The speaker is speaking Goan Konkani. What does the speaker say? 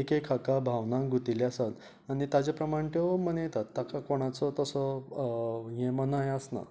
एक एक हाका भावनांक गुंथिल्ली आसात आनी ताजे प्रमाणे त्यो मनयतात ताका कोणाचो तसो हें मनाय आसना